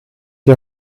die